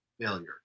failure